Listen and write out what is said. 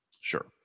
sure